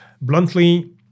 bluntly